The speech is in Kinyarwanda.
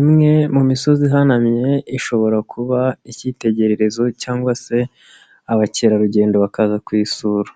Imwe mu misozi ihanamye, ishobora kuba icyitegererezo cyangwa se abakerarugendo bakaza kuyisura.